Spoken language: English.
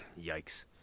Yikes